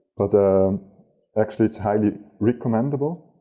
but actually, it's highly recommendable.